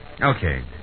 Okay